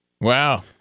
Wow